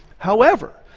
however,